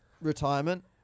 retirement